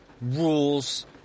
rules